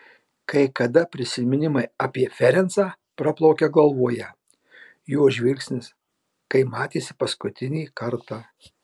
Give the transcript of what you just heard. kai kada prisiminimai apie ferencą praplaukia galvoje jo žvilgsnis kai matėsi paskutinį kartą